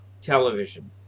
television